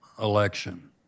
election